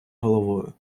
головою